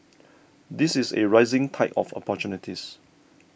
this is a rising tide of opportunities